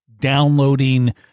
downloading